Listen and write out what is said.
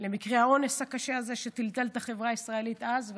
של מקרה האונס הקשה הזה שטלטל את החברה הישראלית אז,